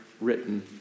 written